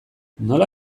nola